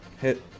Hit